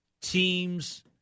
teams